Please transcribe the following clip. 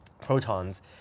protons